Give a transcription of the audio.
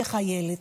כחיילת.